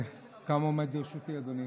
כמה עומד לרשותי, אדוני?